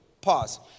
Pause